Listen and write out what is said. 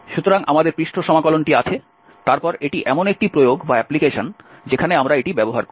সুতরাং আমাদের পৃষ্ঠ সমাকলনটি আছে তারপর এটি এমন একটি প্রয়োগ যেখানে আমরা এটি ব্যবহার করি